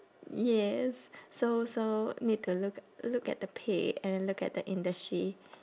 yes so so need to look look at the pay and then look at the industry